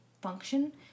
function